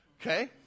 Okay